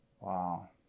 Wow